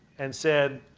and said,